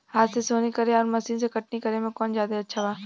हाथ से सोहनी करे आउर मशीन से कटनी करे मे कौन जादे अच्छा बा?